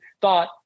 thought